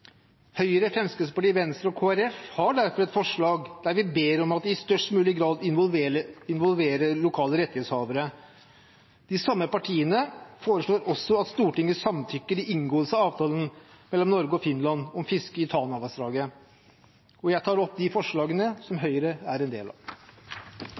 Høyre, Venstre, Kristelig Folkeparti og et medlem fra Fremskrittspartiet har derfor et forslag der vi ber om at man i størst mulig grad involverer lokale rettighetshavere. De samme foreslår også at Stortinget samtykker i inngåelse av avtalen mellom Norge og Finland om fisket i Tanavassdraget. Jeg tar opp de forslagene som